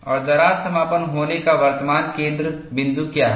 और दरार समापन होने का वर्तमान केंद्र बिंदु क्या है